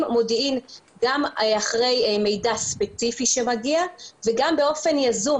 מודיעין גם אחרי מידע ספציפי שמגיע וגם באופן יזום,